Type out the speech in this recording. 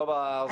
לשיח ולהתנהגות.